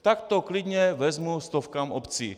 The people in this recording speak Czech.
Tak to klidně vezmu stovkám obcí.